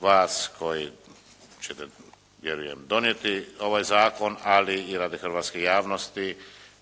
vas koji ćete vjerujem donijeti ovaj zakon ali i radi hrvatske javnosti